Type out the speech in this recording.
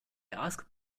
asked